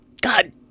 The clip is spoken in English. God